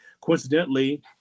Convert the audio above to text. Coincidentally